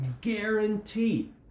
guarantee